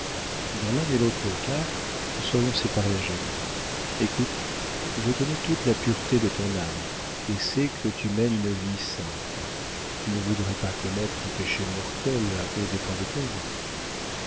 dans l'un et l'autre cas nous serions séparés à jamais écoute je connais toute la pureté de ton âme et sais que tu mènes une vie sainte tu ne voudrais pas commettre un péché mortel aux dépens de ta vie